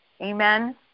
Amen